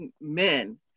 men